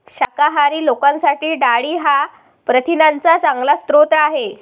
शाकाहारी लोकांसाठी डाळी हा प्रथिनांचा चांगला स्रोत आहे